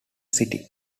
city